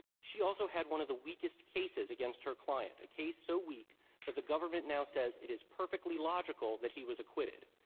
she also had one of the weakest cases against her client, a case so weak that the government now says it is perfectly logical that he was acquitted.